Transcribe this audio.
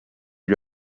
lui